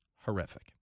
horrific